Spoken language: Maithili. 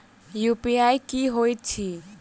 यु.पी.आई की होइत अछि